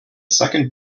second